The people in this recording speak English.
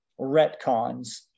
retcons